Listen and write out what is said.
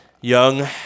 young